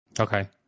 Okay